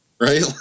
right